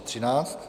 13.